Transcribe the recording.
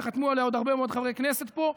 וחתמו עליה עוד הרבה מאוד חברי כנסת פה,